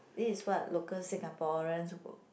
this is what local Singaporeans work